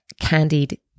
candied